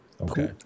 Okay